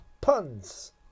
Puns